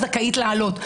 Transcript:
זכאית לעלות,